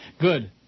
Good